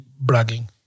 bragging